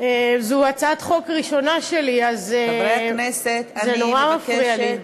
זו הצעת חוק ראשונה שלי, אז זה נורא מפריע לי,